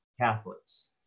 Catholics